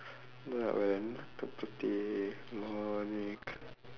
வேறே என்னத்த பத்தி:veeree ennaththa paththi